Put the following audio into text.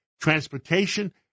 Transportation